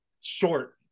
short